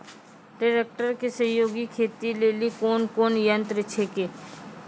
Tractor के सहयोगी खेती लेली कोन कोन यंत्र छेकै?